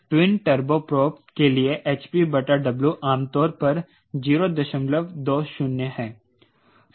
twin turboprop के लिए hp बटा W आमतौर पर 020 है